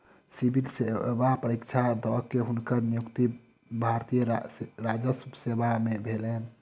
civil सेवा परीक्षा द के, हुनकर नियुक्ति भारतीय राजस्व सेवा में भेलैन